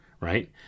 right